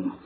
Refer Slide Time 1504